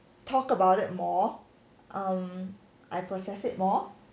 talk about it more um I process it more